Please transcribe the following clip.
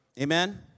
amen